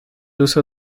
uso